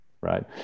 right